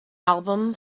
album